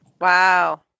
Wow